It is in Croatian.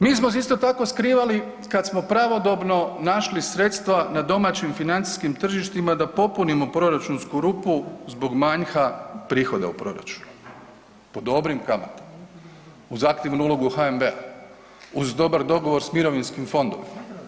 Mi smo se isto tako skrivali kad smo pravodobno našli sredstva na domaćim financijskim tržištima da popunimo proračunsku rupu zbog manjka prihoda u proračunu po dobrim kamatama uz aktivnu ulogu HNB-a, uz dobar dogovor s mirovinskim fondovima.